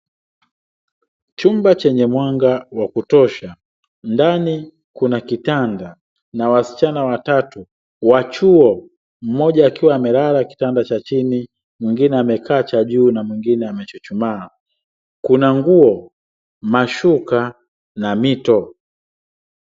Chumba chenye mwanga ndani kuna kitanda na wasichana watatu wa chuo, mmoja akiwa amelala kitanda cha chini mwingine amekaa chajuu na mwingine amechuchumaa .Kuna nguo, mashuka na mito.